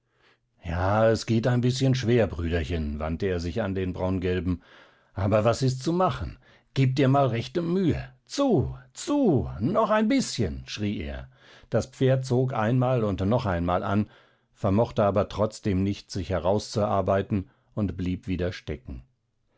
ja es geht ein bißchen schwer brüderchen wandte er sich an den braungelben aber was ist zu machen gib dir mal rechte mühe zu zu noch ein bißchen schrie er das pferd zog einmal und noch einmal an vermochte aber trotzdem nicht sich herauszuarbeiten und blieb wieder stecken